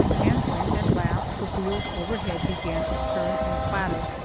and when at last the wheels overhead began to turn and clatter,